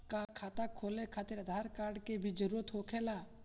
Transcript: का खाता खोले खातिर आधार कार्ड के भी जरूरत होखेला?